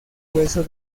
hueso